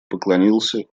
поклонился